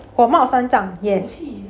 火冒三丈 yes